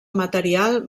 material